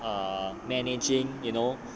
err managing you know